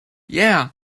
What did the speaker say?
yeah